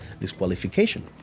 disqualification